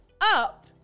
up